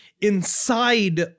inside